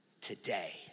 today